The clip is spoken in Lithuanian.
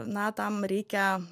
na tam reikia